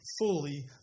fully